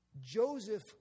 Joseph